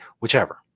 whichever